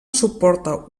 suporta